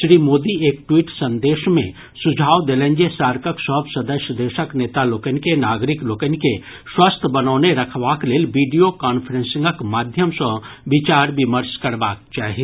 श्री मोदी एक ट्वीट संदेश मे सुझाव देलनि जे सार्कक सभ सदस्य देशक नेता लोकनि के नागरिक लोकनि के स्वस्थ बनौने रखबाक लेल वीडियो कांफ्रेंसिंगक माध्यम सॅ विचार विमर्श करबाक चाही